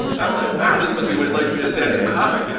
i'm like, wow! this must be what it's like to be a standup comic! you know